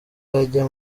ajya